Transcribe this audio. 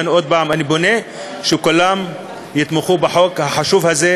לכן עוד פעם אני פונה לכולם שיתמכו בחוק החשוב הזה,